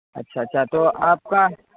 اچھا اچھا تو آپ کا